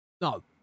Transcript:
No